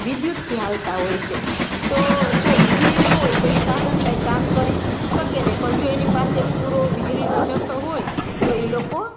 વિદ્યુતથી ચાલતા હોય છે તો જો વીજળી ન હોય તો એ સાધન કંઈ કામ કરી શકે નહીં પણ જો એની પાસે પૂરો વીજળીનો જથ્થો હોય તો એ લોકો